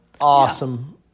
awesome